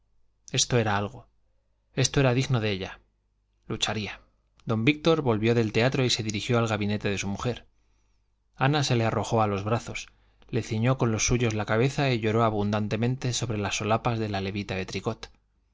esto era algo esto era digno de ella lucharía don víctor volvió del teatro y se dirigió al gabinete de su mujer ana se le arrojó a los brazos le ciñó con los suyos la cabeza y lloró abundantemente sobre las solapas de la levita de tricot